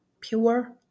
pure